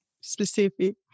specific